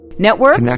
Network